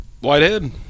Whitehead